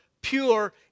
pure